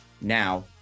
Now